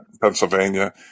Pennsylvania